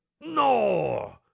no